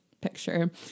picture